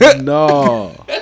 no